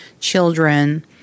children